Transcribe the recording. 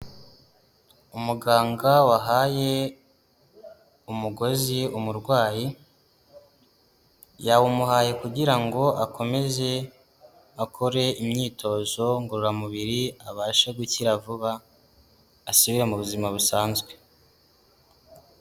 Umuganga wahaye umugozi umurwayi, yawumuhaye kugira ngo akomeze akore imyitozo ngororamubiri abashe gukira vuba, asubire mu buzima busanzwe.